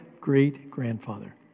great-grandfather